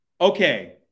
Okay